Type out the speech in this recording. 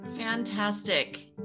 Fantastic